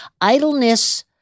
Idleness